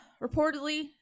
reportedly